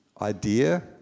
idea